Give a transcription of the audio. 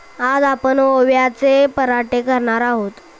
आज आपण ओव्याचे पराठे खाणार आहोत